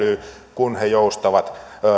kun he joustavat